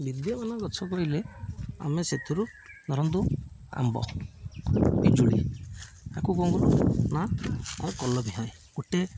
ବିଦ୍ୟମାନ ଗଛ କହିଲେ ଆମେ ସେଥିରୁ ଧରନ୍ତୁ ଆମ୍ବ ପିଜୁଳି ଆକୁ କ'ଣ କରୁ ନା ଆଉ କଲବିିହାଏ ଗୋଟେ